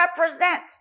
represent